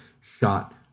shot